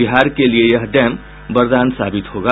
बिहार के लिये यह डैम बरदान साबित होगा